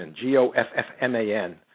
G-O-F-F-M-A-N